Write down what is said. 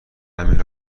همین